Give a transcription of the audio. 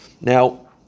Now